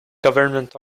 government